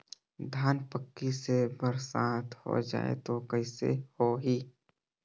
धान पक्की से बरसात हो जाय तो कइसे हो ही?